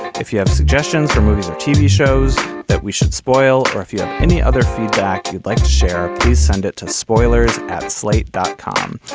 if you have suggestions for movies or tv shows that we should spoil or if you have any other feedback you'd like to share it, send it to spoilers at slate dot com.